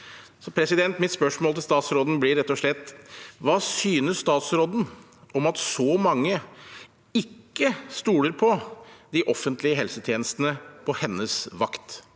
helt annen. Mitt spørsmål til statsråden blir rett og slett: Hva synes statsråden om at så mange ikke stoler på de offentlige helsetjenestene på hennes vakt?